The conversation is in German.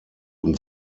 und